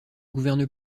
gouverne